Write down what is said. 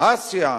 אסיה,